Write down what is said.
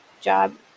job